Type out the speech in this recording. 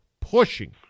pushing